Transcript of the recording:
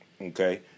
Okay